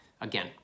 Again